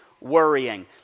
worrying